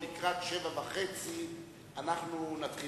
שאנחנו נשכח